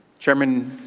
chairman,